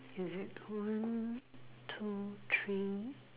is it one two three